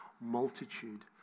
multitude